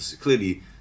Clearly